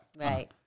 right